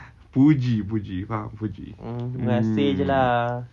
puji puji faham puji mm